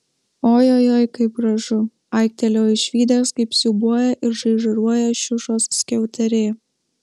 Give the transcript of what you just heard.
ojojoi kaip gražu aiktelėjo išvydęs kaip siūbuoja ir žaižaruoja šiušos skiauterė